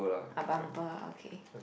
ah bumper okay